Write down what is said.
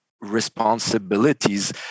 responsibilities